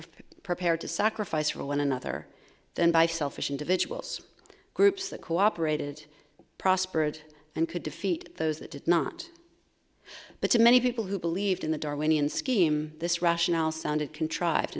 prepared to sacrifice for one another than by selfish individuals groups that co operated prospered and could defeat those that did not but to many people who believed in the darwinian scheme this rationale sounded contrived